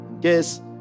Guess